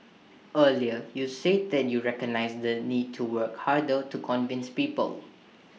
earlier you said that you recognise the need to work harder to convince people